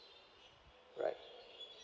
right